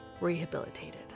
Rehabilitated